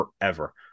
forever